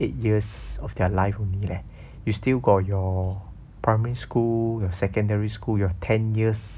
eight years of their life only leh you still got your primary school your secondary school your ten years